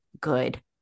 good